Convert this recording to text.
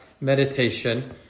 meditation